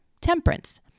temperance